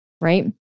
right